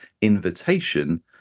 invitation